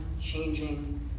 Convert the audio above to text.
changing